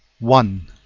one.